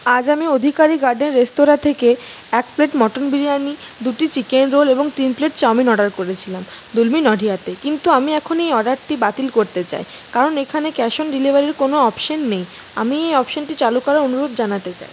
আজ আমি Adhikari garden restaurant থেকে এক প্লেট মটন বিরিয়ানি দুটি চিকেন রোল এবং তিন প্লেট চাউমিন অর্ডার করেছিলাম দুলমী নডিয়াতে কিন্তু আমি এখন এই অর্ডারটি বাতিল করতে চাই কারণ এখানে ক্যাশ অন ডেলিভারির কোনো অপশন নেই আমি এই অপশনটি চালু করার অনুরোধ জানাতে চাই